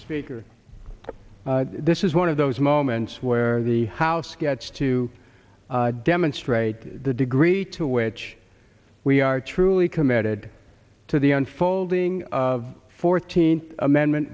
speaker this is one of those moments where the house gets to demonstrate the degree to which we are truly committed to the unfolding of fourteenth amendment